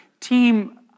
team